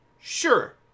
Sure